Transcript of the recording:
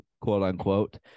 quote-unquote